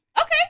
okay